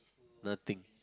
nothing